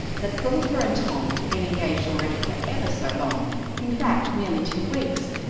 that philippa and tom had been engaged already for ever so long in fact, nearly two weeks,